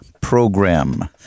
program